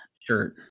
shirt